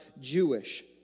Jewish